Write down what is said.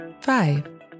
Five